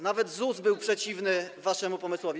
Nawet ZUS był przeciwny waszemu pomysłowi.